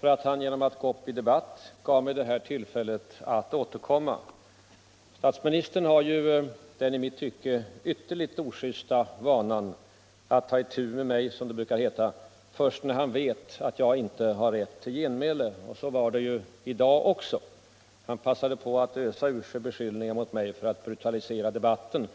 för att han genom att gå in i debatten gav mig detta tillfälle att återkomma. Statsministern har den i mitt tycke ytterligt ojusta vanan att, som det brukar heta, ta itu med mig först när han vet att jag icke har rätt till genmäle. Och så var det också i dag. Han passade på att ösa ur sig beskyllningar mot mig för att ”brutalisera” debatten.